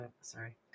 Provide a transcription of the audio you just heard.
sorry